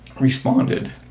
responded